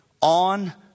on